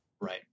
right